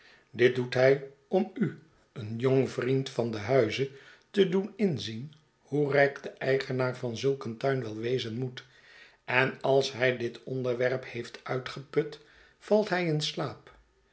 dit doet hij om u een jong vriend van den huize te doen inzien hoe rijk de eigenaar van zulk een tuin wel wezen moet en als hij dit onderwerp heeft uitgeput valt hij in slaap